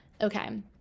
okay